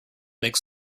makes